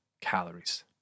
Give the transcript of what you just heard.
calories